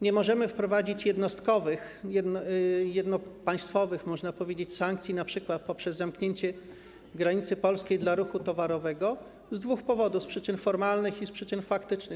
Nie możemy wprowadzić jednostkowych, jednopaństwowych, można powiedzieć, sankcji, np. poprzez zamknięcie polskiej granicy dla ruchu towarowego, z dwóch powodów: z przyczyn formalnych i z przyczyn praktycznych.